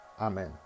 Amen